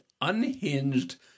unhinged